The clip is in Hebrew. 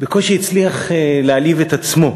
בקושי הצליח להלהיב את עצמו.